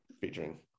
featuring